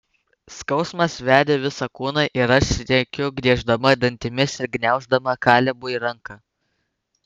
skausmas veria visą kūną ir aš rėkiu grieždama dantimis ir gniauždama kalebui ranką